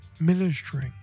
ministering